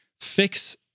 fix